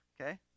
Okay